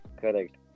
Correct